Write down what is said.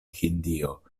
hindio